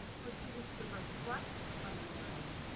for students to reflect on their learning,